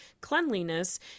cleanliness